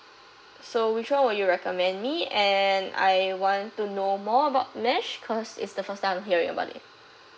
so which one will you recommend me and I want to know more about mesh cause it's the first time I'm hearing about it